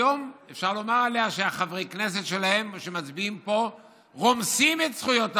היום אפשר לומר עליה שחברי הכנסת שמצביעים פה רומסים את זכויות האדם,